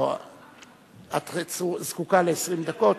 את זקוקה ל-20 דקות?